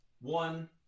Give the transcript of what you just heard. One